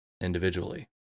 individually